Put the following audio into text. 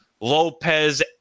Lopez